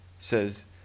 says